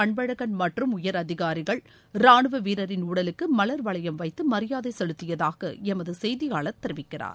அன்பழகன் மற்றும் உயரதிகாரிகள் ராணுவ வீரரின் உடலுக்கு மலர் வளையம் வைத்து மரியாதை செலுத்தியதாக எமது செய்தியாளர் தெரிவிக்கிறார்